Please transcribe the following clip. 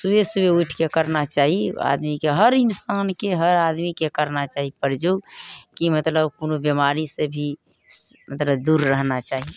सुबह सुबह उठिके करना चाही आदमीके हर इंसानके हर आदमीके करना चाही प्रयोग की मतलब कोनो बीमारीसँ भी मतलब दूर रहना चाही